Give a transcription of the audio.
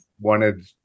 wanted